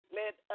let